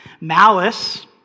Malice